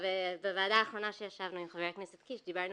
בוועדה האחרונה שישבנו עם חבר הכנסת קיש דיברנו